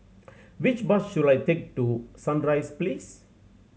which bus should I take to Sunrise Place